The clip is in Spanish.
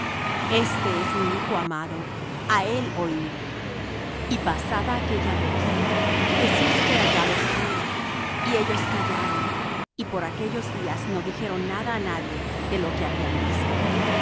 este es mi hijo amado á él oid y pasada aquella voz jesús fué hallado solo y ellos callaron y por aquellos días no dijeron nada á nadie de lo que habían visto